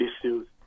issues